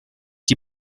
die